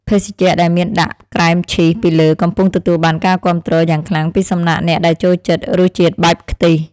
ភេសជ្ជៈដែលមានដាក់ក្រែមឈីសពីលើកំពុងទទួលបានការគាំទ្រយ៉ាងខ្លាំងពីសំណាក់អ្នកដែលចូលចិត្តរសជាតិបែបខ្ទិះ។